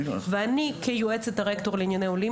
ואני כיועצת הרקטור לענייני עולים